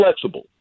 flexible